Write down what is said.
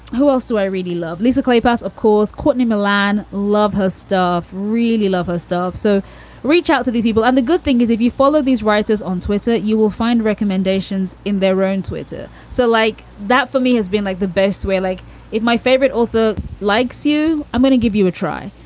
who else do i really love? lisa claypans, of course. courtney millan. love her stuff. really love her stuff. so reach out to these people. and the good thing is if you follow these writers on twitter, you will find recommendations in their own twitter. so like that for me has been like the best way. like if my favorite also likes you, i'm going to give you a try.